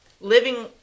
living